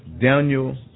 Daniel